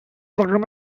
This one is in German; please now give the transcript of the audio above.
daran